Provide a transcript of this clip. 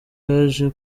yaje